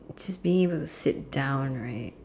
just being to sit down right